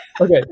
Okay